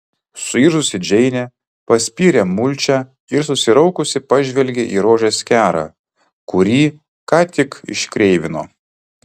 suirzusi džeinė paspyrė mulčią ir susiraukusi pažvelgė į rožės kerą kurį ką tik iškreivino